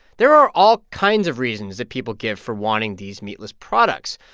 there are all kinds of reasons that people give for wanting these meatless products.